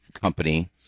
company